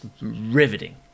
riveting